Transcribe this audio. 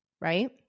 right